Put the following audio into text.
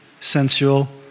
sensual